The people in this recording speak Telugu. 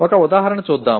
ఒక ఉదాహరణ చూద్దాం